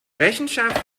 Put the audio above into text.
rechenschaft